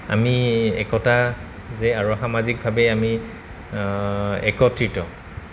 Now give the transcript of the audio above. আমি একতা যে আৰু সামাজিকভাৱে আমি একত্ৰিত